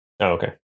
Okay